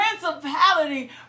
principality